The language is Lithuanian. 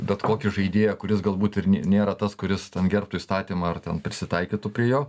bet kokį žaidėją kuris galbūt ir ni nėra tas kuris gerbtų įstatymą ar ten prisitaikytų prie jo